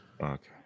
Okay